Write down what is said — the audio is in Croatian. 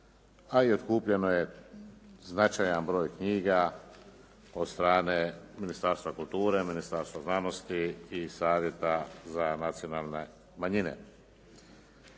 a i otkupljeno je značajan broj knjiga od strane Ministarstva kulture, Ministarstva znanosti i Savjeta za nacionalne manjine.